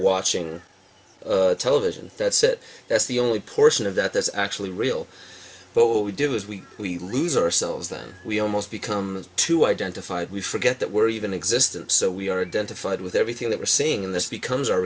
watching television that's it that's the only portion of that that's actually real but what we do is we we lose ourselves then we almost become too identified we forget that we're even existence so we are done to fight with everything that we're saying and this becomes our